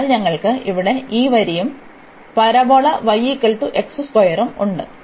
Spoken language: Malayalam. അതിനാൽ ഞങ്ങൾക്ക് ഇവിടെ ഈ വരിയും പരാബോള ഉം ഉണ്ട്